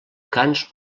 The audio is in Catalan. cants